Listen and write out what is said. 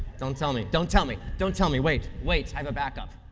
don't tell me. don't tell me. don't tell me. wait. wait. i have a backup.